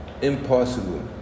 impossible